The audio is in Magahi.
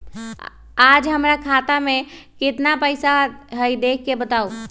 आज हमरा खाता में केतना पैसा हई देख के बताउ?